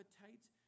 appetites